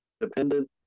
dependent